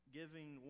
giving